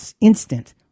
instant